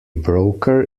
broker